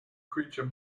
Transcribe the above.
creature